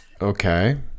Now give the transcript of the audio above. okay